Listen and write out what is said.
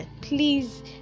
please